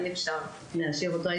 אי אפשר היה להשאיר אותו.